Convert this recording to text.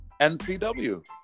NCW